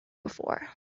before